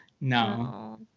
no